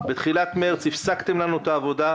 בתחילת מרץ הפסקתם לנו את העבודה,